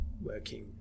working